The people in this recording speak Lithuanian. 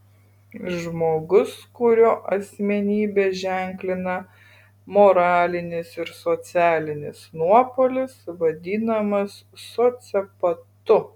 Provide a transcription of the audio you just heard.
žmogus kurio asmenybę ženklina moralinis ir socialinis nuopolis vadinamas sociopatu